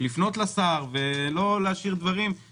לפנות לשר ולא להשאיר דברים לא מטופלים.